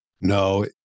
No